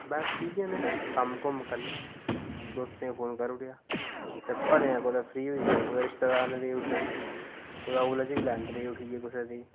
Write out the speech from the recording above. बस इयै नै कम्म कुम्म करना दोस्तें गी फोन करूड़ेया जां भलेआं कुतै फ्री होई गे ते रिश्तेदारें दे उठी गे कुतै